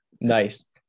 nice